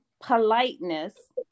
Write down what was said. politeness